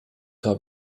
card